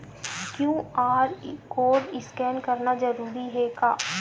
QR code scan करना जरूरी हे का?